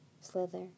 slither